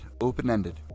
open-ended